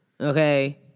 Okay